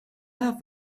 have